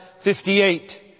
58